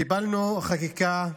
קיבלנו חקיקה,